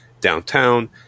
downtown